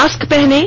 mask पहनें